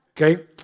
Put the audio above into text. Okay